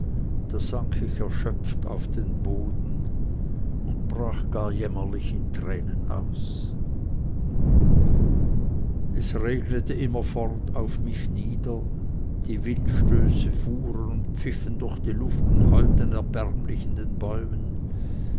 sank ich erschöpft auf den boden und brach gar jämmerlich in tränen aus es regnete immerfort auf mich nieder die windstöße fuhren und pfiffen durch die luft und heulten erbärmlich in den bäumen